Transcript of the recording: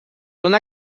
una